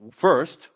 First